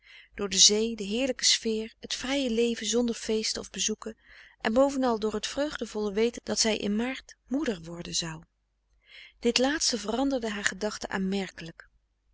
door de zee de heerlijke sfeer het vrije leven zonder feesten of bezoeken en bovenal door het vreugdevolle weten dat zij in maart moeder worden zou dit laatste veranderde haar gedachten aanmerkelijk